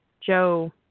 Joe